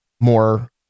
more